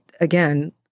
again